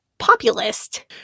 populist